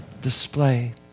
display